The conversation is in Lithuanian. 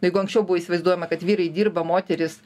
jeigu anksčiau buvo įsivaizduojama kad vyrai dirba o moterys